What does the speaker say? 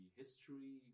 history